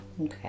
okay